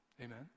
Amen